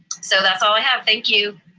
so that's all i have, thank you.